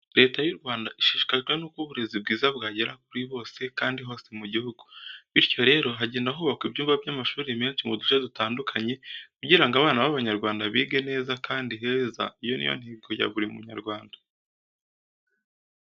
Leta y'u Rwanda ishishikajwe n'uko uburezi bwiza bwagera kuri bose kandi hose mu gihugu. Bityo rero hagenda hubakwa ibyumba by'amashuri menshi mu duce dutandukanye kugira ngo abana b'abanyarwanda bige neza kandi heza iyo ni yo ntego ya buri Munyarwanda.